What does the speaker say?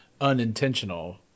unintentional